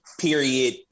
period